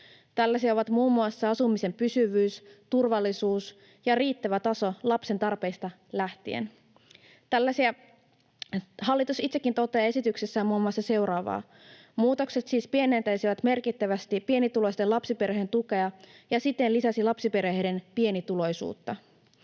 Tällaisia ovat muun muassa asumisen pysyvyys, turvallisuus ja riittävä taso lapsen tarpeista lähtien. Hallitus itsekin toteaa esityksessään muun muassa seuraavaa: Muutokset siis pienentäisivät merkittävästi pienituloisten lapsiperheiden tukea ja siten lisäisivät lapsiperheiden pienituloisuutta.